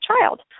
child